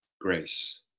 grace